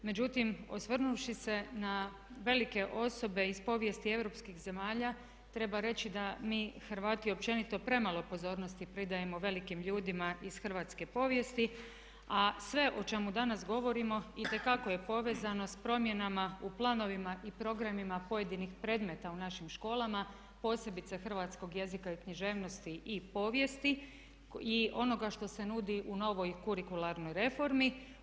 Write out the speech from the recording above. Međutim, osvrnuvši se na velike osobe iz povijesti europskih zemalja treba reći da mi Hrvati općenito premalo pozornosti pridajemo velikim ljudima iz hrvatske povijesti, a sve o čemu danas govorimo itekako je povezano s promjenama u planovima i programima pojedinih predmeta u našim školama, posebice hrvatskog jezika i književnosti i povijesti i onoga što se nudi u novoj kurikularnoj reformi.